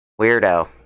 weirdo